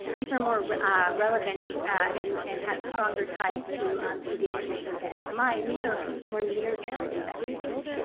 these are more relevant and and have stronger ties to um to the ismicc and to so um smi. and these are more near-term investments.